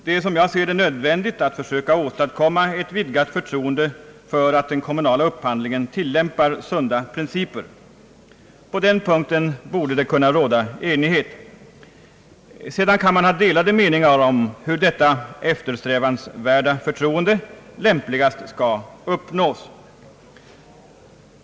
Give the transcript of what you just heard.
Det är som jag ser det nödvändigt att försöka åstadkomma ett vidgat förtroende för att den kommunala upphandlingen tillämpar sunda principer. På den punkten borde det kunna råda enighet. Sedan kan man ha delade meningar om hur detta eftersträvansvärda förtroende lämpligen skall uppnås.